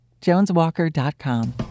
JonesWalker.com